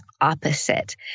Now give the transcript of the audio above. opposite